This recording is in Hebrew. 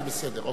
זה בסדר.